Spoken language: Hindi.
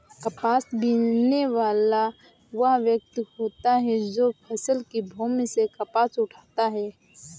कपास बीनने वाला वह व्यक्ति होता है जो फसल की भूमि से कपास उठाता है